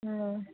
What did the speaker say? অঁ